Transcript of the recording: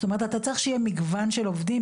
זאת אומרת אתה צריך שיהיה מגוון של עובדים,